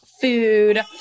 food